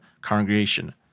congregation